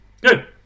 good